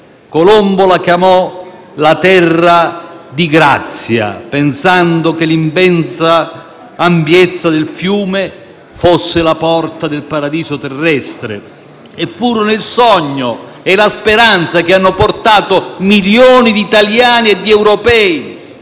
Colombo la chiamò «la terra di grazia», pensando che l'immensa ampiezza del fiume fosse la porta del paradiso terrestre. E furono il sogno e la speranza che portarono milioni di italiani e di europei